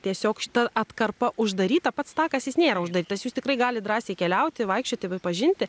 tiesiog šita atkarpa uždaryta pats takas jis nėra uždarytas jūs tikrai galit drąsiai keliauti vaikščioti bei pažinti